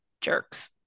jerks